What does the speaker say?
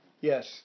Yes